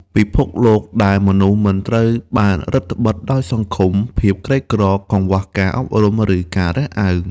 ពិភពលោកដែលមនុស្សមិនត្រូវបានរឹតត្បិតដោយសង្គម ភាពក្រីក្រ កង្វះការអប់រំ ឬការរើសអើង”។